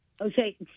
Okay